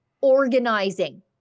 organizing